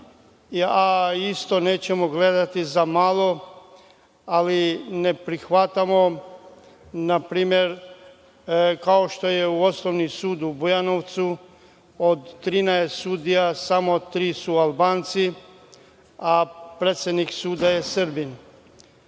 a isto, nećemo gledati za malo, ali ne prihvatamo, na primer, kao što je Osnovni sud u Bujanovcu, od 13 sudija samo tri su Albanci, a predsednik suda je Srbin.